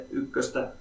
ykköstä